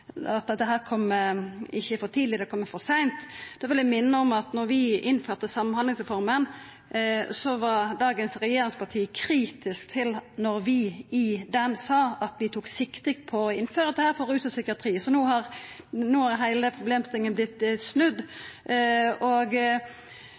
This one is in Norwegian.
at dette ikkje kjem for tidleg ‒ det kjem for seint. Da vil eg minna om at da vi innførte samhandlingsreforma, var dagens regjeringsparti kritiske når vi i den sa at vi tok sikte på å innføra dette for rus og psykiatri. Så no er heile problemstillinga vorten snudd.